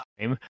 time